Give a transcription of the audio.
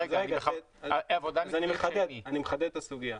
אני מחדד את הסוגיה.